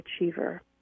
achiever